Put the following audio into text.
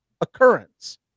occurrence